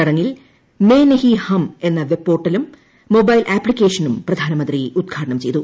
ചടങ്ങിൽ മേം നഹീം ഹം എന്ന വെബ്പോർട്ടലും മൊബൈൽ ആപ്തിക്കേഷനും പ്രധാനമന്ത്രി ഉദ്ഘാടനം ചെയ്തു